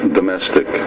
domestic